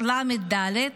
לחץ דם